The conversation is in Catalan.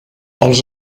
els